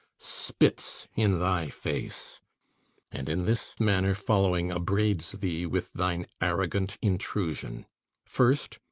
spits in thy face and in this manner following obraids thee with thine arrogant intrusion first,